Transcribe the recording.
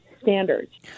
Standards